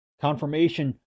Confirmation